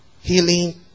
Healing